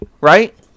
Right